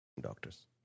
doctors